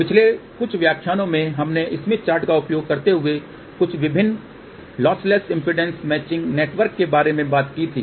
पिछले कुछ व्याख्यानों में हमने स्मिथ चार्ट का उपयोग करते हुए विभिन्न लॉसलेस इम्पीडेन्स मैचिंग नेटवर्क के बारे में बात की थी